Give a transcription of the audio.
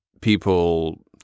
people